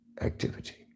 activity